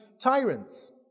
tyrants